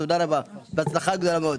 תודה רבה ובהצלחה גדולה מאוד.